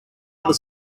other